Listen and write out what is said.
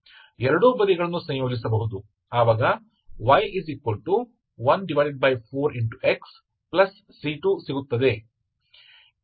ಎರಡೂ ಬದಿಗಳನ್ನು ಸಂಯೋಜಿಸಬಹುದು ಆವಾಗ y14xC2ಸಿಗುತ್ತದೆ